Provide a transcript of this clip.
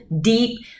deep